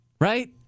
Right